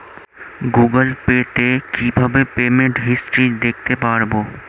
Google Pay তে কিভাবে payment history দেখতে পারবো?